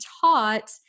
taught